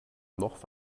noch